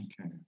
okay